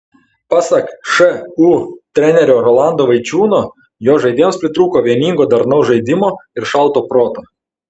pasak šu trenerio rolando vaičiūno jo žaidėjams pritrūko vieningo darnaus žaidimo ir šalto proto